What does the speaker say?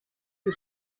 you